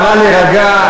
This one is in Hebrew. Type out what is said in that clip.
החגיגה, נא להירגע.